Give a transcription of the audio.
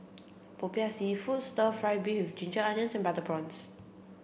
Popiah seafood stir fry beef with ginger onions and butter prawns